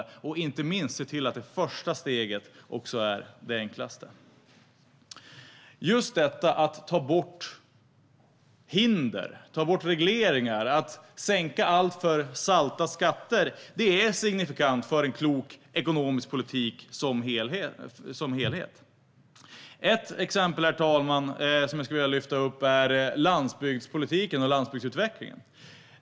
Vi måste inte minst se till att det första steget också är det enklaste. Just detta att ta bort hinder och regleringar och att sänka alltför salta skatter är signifikant för en klok ekonomisk politik som helhet. Ett exempel som jag skulle vilja lyfta upp, herr talman, är landsbygdspolitiken och landsbygdsutvecklingen.